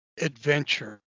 adventure